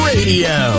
Radio